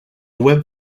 web